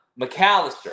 McAllister